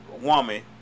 woman